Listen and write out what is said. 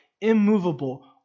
Immovable